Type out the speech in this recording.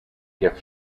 gift